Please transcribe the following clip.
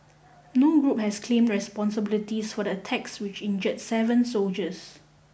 no group has claimed responsibilities for the attacks which injured seven soldiers